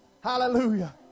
Hallelujah